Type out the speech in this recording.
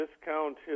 discount